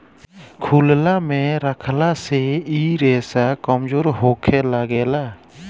खुलला मे रखला से इ रेसा कमजोर होखे लागेला